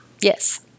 Yes